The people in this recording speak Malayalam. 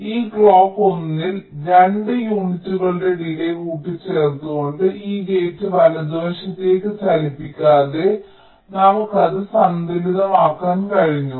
ഈ ക്ലോക്ക് 1 ൽ 2 യൂണിറ്റുകളുടെ ഡിലേയ് കൂട്ടിച്ചേർത്തുകൊണ്ട് ഈ ഗേറ്റ്സ് വലതുവശത്തേക്ക് ചലിപ്പിക്കാതെ നമുക്ക് അത് സന്തുലിതമാക്കാൻ കഴിഞ്ഞു